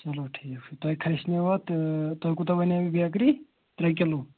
چلو ٹھیٖک چھُ تۄہہ کھَسِنو اَتھ تۄہہِ کوٗتاہ وَنیو یہِ بیکری ترٛےٚ کِلوٗ